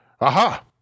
aha